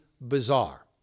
bizarre